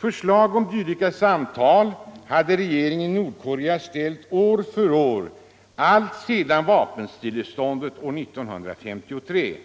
trupper dylika samtal hade regeringen i Nordkorea ställt år efter år alltsedan vapenstilleståndet år 1953.